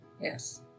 yes